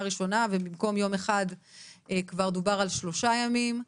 הראשונה ובמקום יום אחד כבר דובר על שלושה ימים,